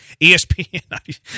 ESPN